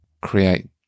create